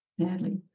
Sadly